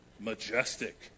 Majestic